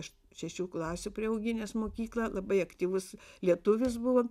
iš šešių klasių priauginęs mokyklą labai aktyvus lietuvis buvo